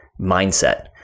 mindset